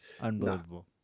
unbelievable